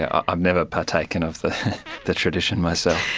ah i've never partaken of the the tradition myself.